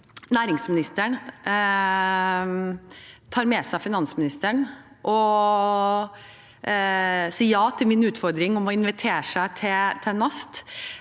næringsministeren tar med seg finansministeren og sier ja til min utfordring om å invitere seg selv